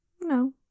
No